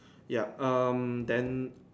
yup um then